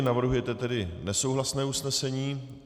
Navrhujete tedy nesouhlasné usnesení.